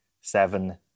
seven